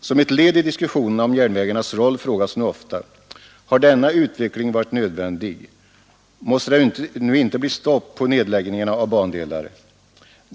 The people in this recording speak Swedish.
Som ett led i diskussionerna om järnvägarnas roll frågas nu ofta: Har denna utveckling varit nödvändig? Måste det inte bli stopp på nedläggningarna av bandelar?